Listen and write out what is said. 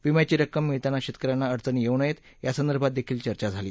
विम्याची रक्कम मिळताना शेतक यांना अडचणी येऊ नयेत यासंदर्भात चर्चा झाली